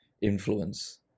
influence